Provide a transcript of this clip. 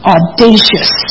Audacious